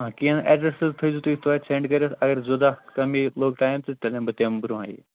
آ کیٚنٛہہ ایٚڈرَس حظ تھٲیزیٚو تُہۍ تۄتہِ سیٚنٛڈ کٔرِتھ اگر زٕ دۄہ کَمٕے لوٚگ ٹایِم تہٕ تیٚلہِ یِمہٕ بہٕ تمہِ برۄنہٕے